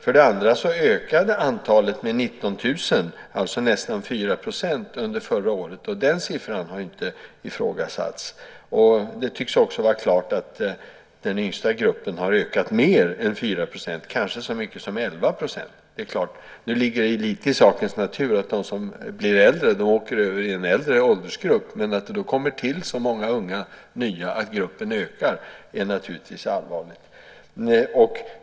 För det andra ökade antalet med 19 000 - nästan 4 %- under förra året, och den siffran har inte ifrågasatts. Vidare tycks det vara klart att ökningen är större än 4 % hos den yngsta gruppen. Kanske är ökningen så stor som 11 %. Nu ligger det ju lite grann i sakens natur att de som blir äldre hamnar i en äldre åldersgrupp. Men att det tillkommer så många nya unga, att gruppen alltså ökar, är naturligtvis allvarligt.